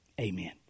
amen